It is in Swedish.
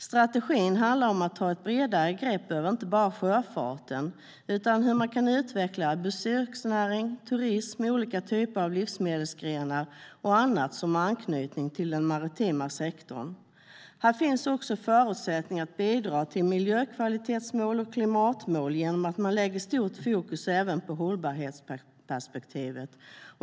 Strategin handlar om att ta ett bredare grepp över inte bara sjöfarten utan också hur man kan utveckla besöksnäring, turism, olika typer av livsmedelsgrenar och annat som har anknytning till den maritima sektorn. Här finns också förutsättningar för att bidra till miljökvalitetsmål och klimatmål genom att man lägger stort fokus även på hållbarhetsperspektivet.